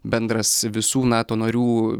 bendras visų nato narių